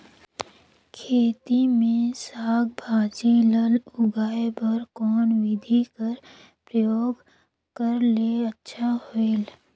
खेती मे साक भाजी ल उगाय बर कोन बिधी कर प्रयोग करले अच्छा होयल?